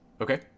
okay